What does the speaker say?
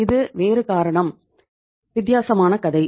இது வேறு காரணம் வித்தியாசமான கதை